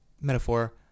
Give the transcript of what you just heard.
metaphor